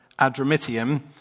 Adramitium